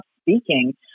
speaking